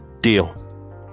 Deal